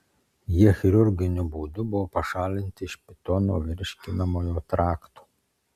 jie chirurginiu būdu buvo pašalinti iš pitono virškinamojo trakto